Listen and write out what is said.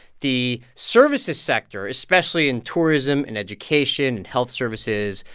the services sector, especially in tourism and education and health services,